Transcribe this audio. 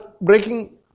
breaking